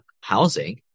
housing